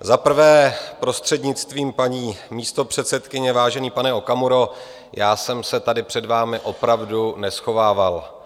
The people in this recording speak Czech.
Za prvé, prostřednictvím paní místopředsedkyně, vážený pane Okamuro, já jsem se tady před vámi opravdu neschovával.